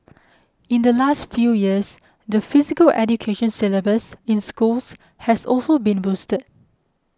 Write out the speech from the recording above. in the last few years the Physical Education syllabus in schools has also been boosted